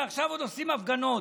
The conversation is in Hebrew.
ועכשיו עוד עושים הפגנות.